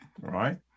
right